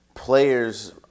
players